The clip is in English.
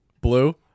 Blue